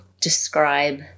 describe